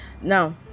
now